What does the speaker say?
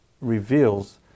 reveals